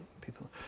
people